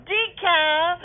Decal